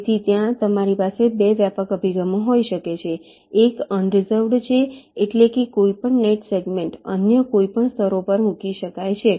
તેથી ત્યાં તમારી પાસે 2 વ્યાપક અભિગમો હોઈ શકે છે એક અનરિઝર્વ્ડ છે એટલે કે કોઈપણ નેટ સેગમેન્ટ અન્ય કોઈપણ સ્તરો પર મૂકી શકાય છે